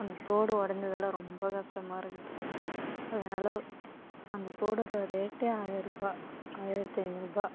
அந்த தோடு உடஞ்சதில் ரொம்ப கஷ்டமாக இருக்குது அதனால் அந்த தோடோடு ரேட் ஆயிரருபா ஆயிரத்தி ஐநூறுபாய்